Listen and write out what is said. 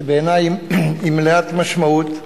שבעיני היא מלאת משמעות,